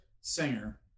singer